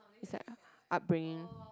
it's like u~ upbringing